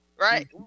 right